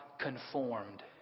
conformed